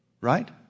Right